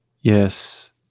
Yes